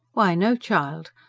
why, no, child.